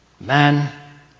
Man